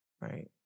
right